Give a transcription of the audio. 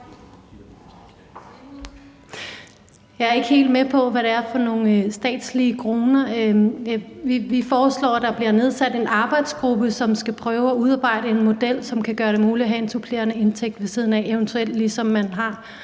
Jeg er ikke helt med på, hvad det er for nogle statslige kroner. Vi foreslår, at der bliver nedsat en arbejdsgruppe, som skal prøve at udarbejde en model, som kan gøre det muligt at have en supplerende indtægt ved siden af, eventuelt ligesom man har